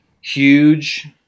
huge